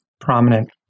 prominent